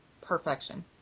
perfection